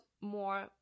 more